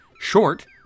short